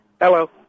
Hello